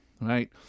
right